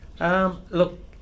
Look